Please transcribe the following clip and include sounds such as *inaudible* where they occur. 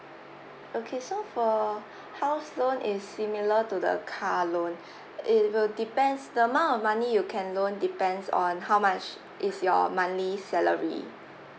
okay so for *breath* house loan is similar to the car loan *breath* it will depends the amount of money you can loan depends on how much is your monthly salary